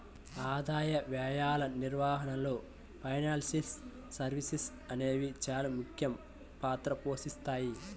ఆదాయ వ్యయాల నిర్వహణలో ఫైనాన్షియల్ సర్వీసెస్ అనేవి చానా ముఖ్య పాత్ర పోషిత్తాయి